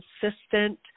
consistent